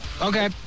Okay